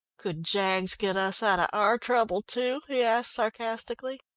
could jaggs get us out of our trouble too? he asked sarcastically.